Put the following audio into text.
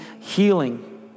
healing